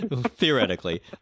theoretically